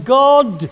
god